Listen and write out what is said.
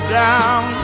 down